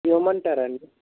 ఏమంటారండీ